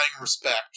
respect